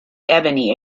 ebony